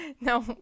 no